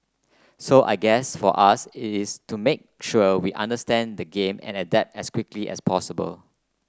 so I guess for us it is to make sure we understand the game and adapt as quickly as possible